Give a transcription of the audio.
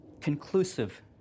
conclusive